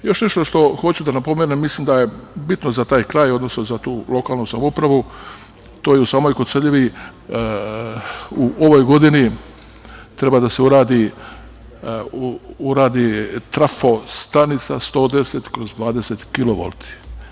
Još nešto što hoću da napomenem, mislim da je bitno za taj kraj, odnosno za tu lokalnu samoupravu, to je u samoj Koceljevi u ovoj godini treba da se uradi trafostanica 110/20 kilovolti.